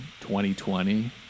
2020